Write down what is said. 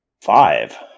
Five